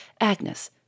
Agnes